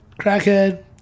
crackhead